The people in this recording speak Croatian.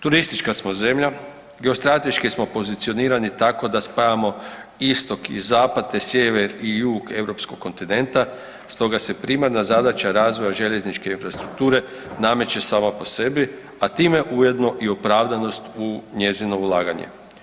Turistička smo zemlja, geostrateški smo pozicionirani tako da spajamo istok i zapad te sjever i jug europskog kontinenta, stoga se primarna zadaća razvoja željezničke infrastrukture nameće sama po sebi a time ujedno i opravdanost u njezino ulaganje.